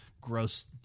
Gross